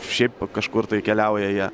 šiaip kažkur tai keliauja jie